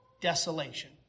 desolation